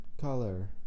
color